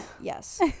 yes